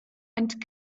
and